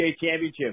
Championship